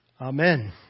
Amen